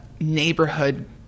neighborhood